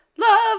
Love